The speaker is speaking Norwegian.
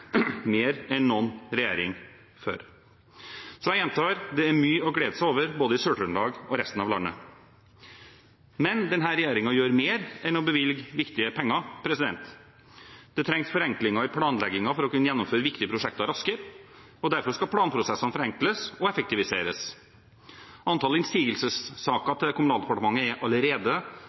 mer enn noen regjering før. Så jeg gjentar: Det er mye å glede seg over, både i Sør-Trøndelag og resten av landet. Men denne regjeringen gjør mer enn å bevilge viktige penger. Det trengs forenklinger i planleggingen for å kunne gjennomføre viktige prosjekter raskere. Derfor skal planprosessene forenkles og effektiviseres. Antall innsigelsessaker til Kommunaldepartementet er allerede